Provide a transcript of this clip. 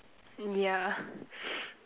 yeah